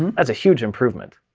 and that's a huge improvement.